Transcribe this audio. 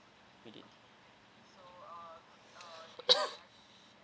we did